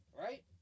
right